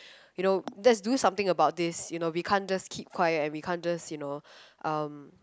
you know let's do something about this you know we can't just keep quiet and we can't just you know um